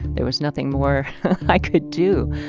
there was nothing more i could do.